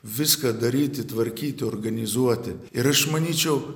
viską daryti tvarkyti organizuoti ir aš manyčiau